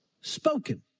spoken